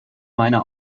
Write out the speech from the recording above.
meiner